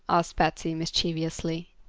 asked patsy, mischievously.